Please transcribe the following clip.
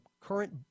current